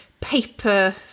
paper